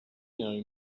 know